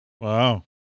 Wow